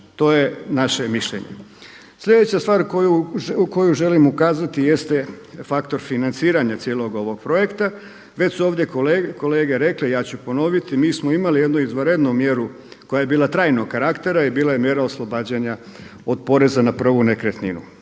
to je naše mišljenje. Sljedeća stvar koju želim ukazati jeste faktor financiranja cijelog ovog projekta. Već su ovdje kolege rekle, ja ću ponoviti. Mi smo imali jednu izvanrednu mjeru koja je bila trajnog karaktera, bila je mjera oslobađanja od poreza na prvu nekretninu.